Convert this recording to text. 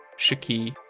shaki,